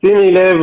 שימי לב,